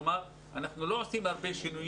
כלומר, אנחנו לא עושים שם הרבה שינויים.